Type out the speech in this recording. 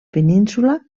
península